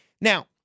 Now